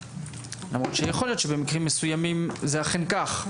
למרות שיכול להיות שבמקרים מסוימים זה אכן כך,